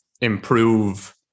improve